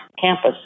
campus